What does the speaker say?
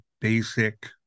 basic